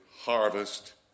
Harvest